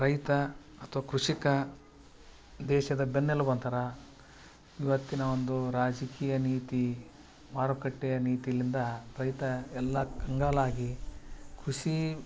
ರೈತ ಅಥ್ವಾ ಕೃಷಿಕ ದೇಶದ ಬೆನ್ನೆಲುಬು ಅಂತಾರ ಇವತ್ತಿನ ಒಂದು ರಾಜಕೀಯ ನೀತಿ ಮಾರುಕಟ್ಟೆಯ ನೀತಿಯಿಂದ ರೈತ ಎಲ್ಲಾ ಕಂಗಾಲಾಗಿ ಕೃಷಿ